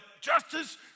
justice